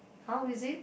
how is it